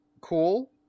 cool